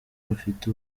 bafite